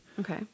Okay